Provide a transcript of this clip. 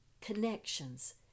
connections